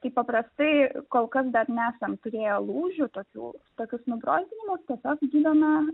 tai paprastai kol kas dar nesam turėję lūžių tokių tokius nubrozdinimus tiesiog gydome